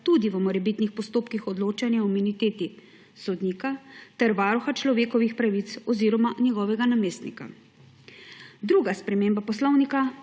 tudi v morebitnih postopkih odločanja o imuniteti sodnika ter varuha človekovih pravic oziroma njegovega namestnika. Druga sprememba Poslovnika